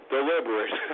Deliberate